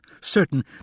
certain